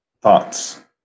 thoughts